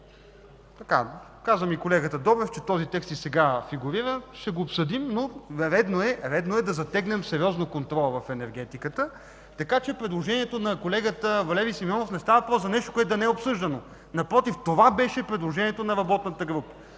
Каза ми колегата Добрев, че този текст и сега фигурира, ще го обсъдим. Редно е да затегнем сериозно контролът в енергетиката. Така че в предложението на колегата Валери Симеонов не става въпрос за нещо, което да не е обсъждано. Напротив, това беше предложението на работната група.